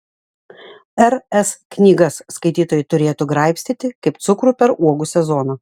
r s knygas skaitytojai turėtų graibstyti kaip cukrų per uogų sezoną